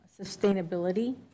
sustainability